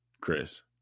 Chris